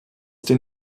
den